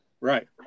Right